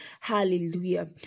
Hallelujah